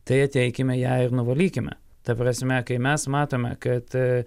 tai ateikime ją ir nuvalykime ta prasme kai mes matome kad